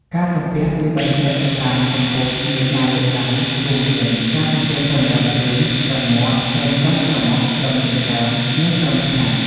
ការសំពះ គឺបែងចែកទៅតាមកម្ពស់នៃការលើកដៃ រួមមាន ការសំពះត្រឹមដើមទ្រូង ត្រឹមមាត់ ត្រឹមចុងច្រមុះ ត្រឹមចិញ្ចើម និងត្រឹមថ្ងាស។